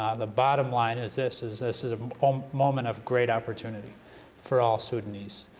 ah the bottom line is this, is this is a um moment of great opportunity for all sudanese,